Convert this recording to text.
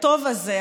הטוב הזה,